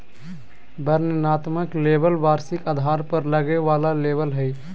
वर्णनात्मक लेबल वार्षिक आधार पर लगे वाला लेबल हइ